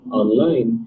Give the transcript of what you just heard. online